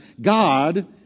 God